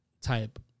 type